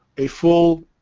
a full